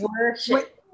worship